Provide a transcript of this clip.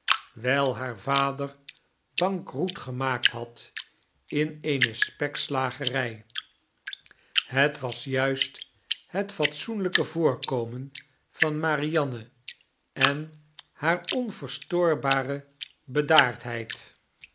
wyl haar vader bankroet gemaakt had in eene spekslagerij het was juist het fatsoenlyke voorkomen van marianne en hare